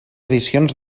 edicions